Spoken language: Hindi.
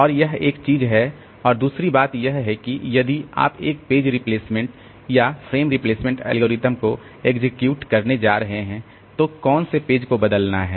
और वह एक चीज है और दूसरी बात यह है कि यदि आप एक पेज रिप्लेसमेंट या फ्रेम रिप्लेसमेंट एल्गोरिदम को एग्जीक्यूट करने जा रहे हैं तो कौन से पेज को बदलना है